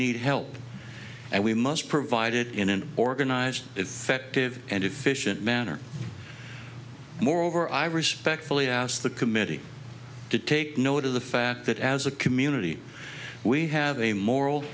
need help and we must provide it in an organized effective and efficient manner moreover i respectfully ask the committee to take note of the fact that as a community we have a moral